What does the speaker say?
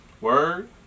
Word